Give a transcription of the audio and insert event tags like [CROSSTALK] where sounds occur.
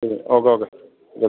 [UNINTELLIGIBLE] okay okay [UNINTELLIGIBLE]